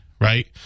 right